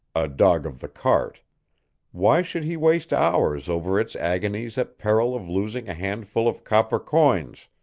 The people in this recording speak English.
a dog of the cart why should he waste hours over its agonies at peril of losing a handful of copper coins,